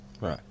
Right